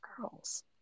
girls